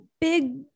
big